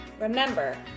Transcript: Remember